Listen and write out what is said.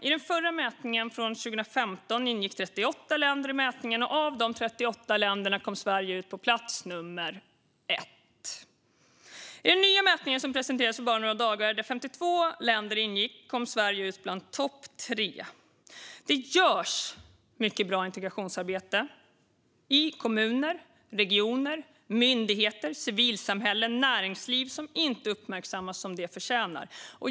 I den förra mätningen, 2015, ingick 38 länder i mätningen, och av de 38 länderna kom Sverige ut på plats nummer ett. I den nya mätningen, som presenterades för bara några dagar sedan och där 52 länder ingick, kom Sverige ut bland topp tre. Det görs mycket bra integrationsarbete i kommuner, regioner, myndigheter, civilsamhälle och näringsliv som inte uppmärksammas som det förtjänar.